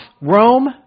Rome